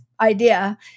idea